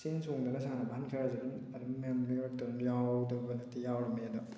ꯆꯦꯟ ꯆꯣꯡꯗꯅ ꯁꯥꯟꯅꯕ ꯑꯍꯟ ꯈꯔꯁꯨ ꯑꯗꯨꯝ ꯑꯗꯨꯝ ꯃꯌꯥꯝ ꯃꯔꯛꯇ ꯑꯗꯨꯝ ꯌꯥꯎꯗꯕ ꯅꯠꯇꯦ ꯌꯥꯎꯔꯝꯃꯦ ꯑꯗꯣ